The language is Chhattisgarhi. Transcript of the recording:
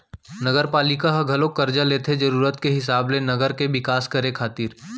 नगरपालिका ह घलोक करजा लेथे जरुरत के हिसाब ले नगर के बिकास करे खातिर